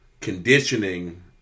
conditioning